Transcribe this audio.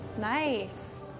Nice